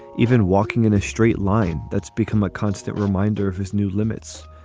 even walking in a straight line. that's become a constant reminder of his new limits.